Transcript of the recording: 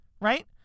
right